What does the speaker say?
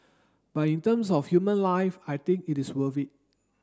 but in terms of human life I think it is worth it